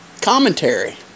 commentary